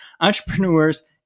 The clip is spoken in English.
entrepreneurs